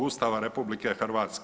Ustava RH.